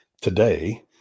today